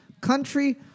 country